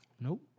Nope